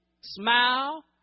smile